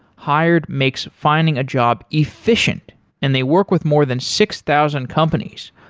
hired makes finding a job efficient and they work with more than six thousand companies,